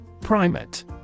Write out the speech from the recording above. Primate